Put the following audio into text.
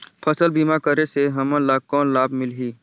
फसल बीमा करे से हमन ला कौन लाभ मिलही?